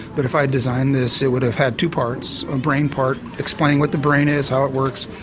but if i'd designed this it would have had two parts a brain part explaining what the brain is, how it works,